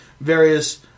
various